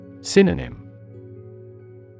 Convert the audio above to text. Synonym